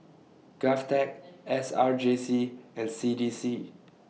Govtech S R J C and C D C